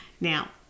Now